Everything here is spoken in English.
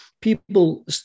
people